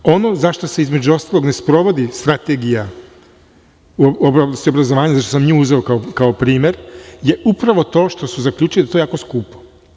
Ono zašta se, između ostalog, ne sprovodi strategija u oblasti obrazovanja, zato što sam nju uzeo kao primer, je upravo to što su zaključili da je to jako skupo.